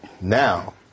now